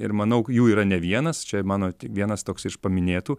ir manau jų yra ne vienas čia mano vienas toks iš paminėtų